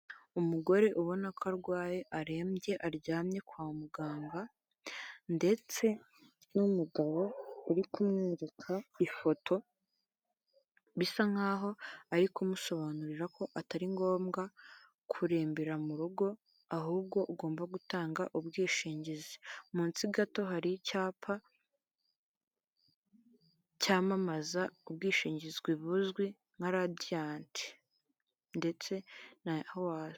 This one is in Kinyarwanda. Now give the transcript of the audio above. Umugore ubona ko arwaye arembye aryamye kwa muganga ndetse n'umugabo uri kumwereka ifoto bisa nk'aho ari kumusobanurira ko atari ngombwa kurembera mu rugo, ahubwo ugomba gutanga ubwishingizi, munsi gato hari icyapa cyamamaza ubwishingizi buzwi nka radiyanti ndetse na hawadi.